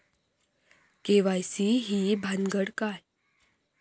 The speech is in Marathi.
के.वाय.सी ही भानगड काय?